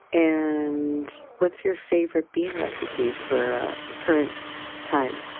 and what's your favorite bean recipe for the current time.